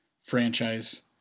franchise